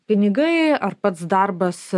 pinigai ar pats darbas